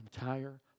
entire